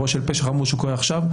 אירוע של פשע חמור שקורה עכשיו,